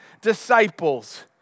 disciples